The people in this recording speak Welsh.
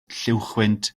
lluwchwynt